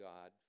God